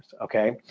okay